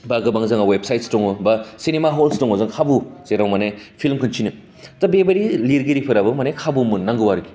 बा गोबां जोंहा अवेबसाइद दङ बा सिनिमा पल्स दङ जों खाबु जेराव मोनो फिल्म खिन्थिनो थिग बेबायदि लिरगिरिफोराबो मानि खाबु मोन्नांगौ आरखि